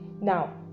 now